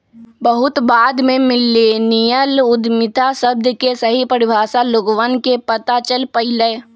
बहुत बाद में मिल्लेनियल उद्यमिता शब्द के सही परिभाषा लोगवन के पता चल पईलय